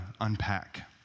unpack